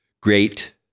great